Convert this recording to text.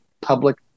public